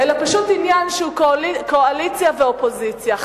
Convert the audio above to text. אלא פשוט עניין שהוא קואליציה ואופוזיציה,